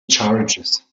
charges